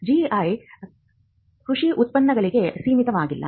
GI ಕೃಷಿ ಉತ್ಪನ್ನಗಳಿಗೆ ಸೀಮಿತವಾಗಿಲ್ಲ